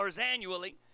annually